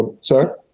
Sir